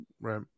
right